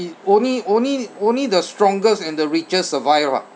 it only only only the strongest and the richest survive ah